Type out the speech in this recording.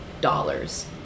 dollars